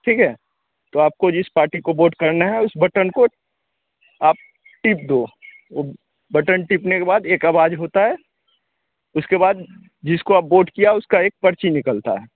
ठीक है तो आपको जिस पार्टी को वोट करना है उस बटन को आप टीप दो वह बटन टीपने के बाद एक आवाज़ होती है उसके बाद जिसको आप बोट किया है उसकी एक पर्ची निकलती है